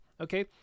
Okay